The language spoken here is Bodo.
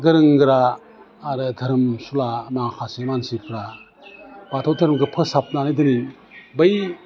गोरों गोरा आरो दोहोरोमसुला माखासे मानसिफ्रा बाथौ दोहोरोमखौ फोसाबनानै दिनै बै